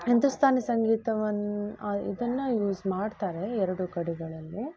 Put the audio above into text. ಹಿಂದೂಸ್ತಾನಿ ಸಂಗೀತವನ್ನ ಇದನ್ನು ಯೂಸ್ ಮಾಡ್ತಾರೆ ಎರಡೂ ಕಡೆಗಳಲ್ಲೂ